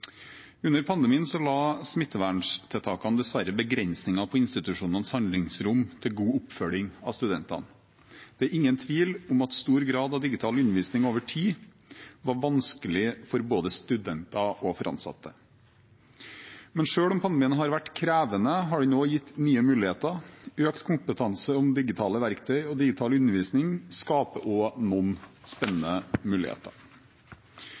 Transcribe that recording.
pandemien, i etterkant av pandemien og i den dialogen departementet løpende har med institusjonene. Under pandemien la smitteverntiltakene dessverre begrensninger på institusjonenes handlingsrom til god oppfølging av studentene. Det er ingen tvil om at stor grad av digital undervisning over tid var vanskelig for både studenter og ansatte. Men selv om